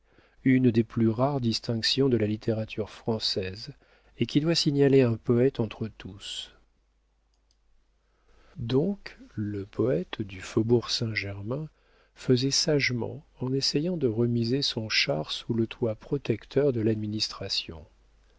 une des plus rares distinctions de la littérature française et qui doit signaler un poëte entre tous donc le poëte du faubourg saint-germain faisait sagement en essayant de remiser son char sous le toit protecteur de l'administration